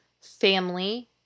family